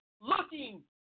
looking